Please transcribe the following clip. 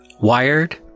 Wired